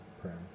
prayer